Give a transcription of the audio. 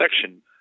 section